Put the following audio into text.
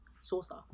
saucer